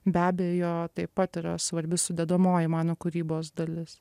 be abejo tai pat yra svarbi sudedamoji mano kūrybos dalis